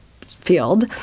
field